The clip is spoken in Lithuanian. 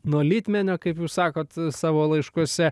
nuo litmenio kaip jūs sakot savo laiškuose